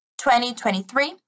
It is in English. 2023